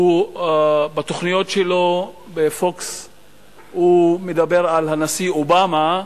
בתוכניות שלו, ב-,Fox הוא מדבר על הנשיא אובמה,